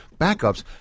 Backups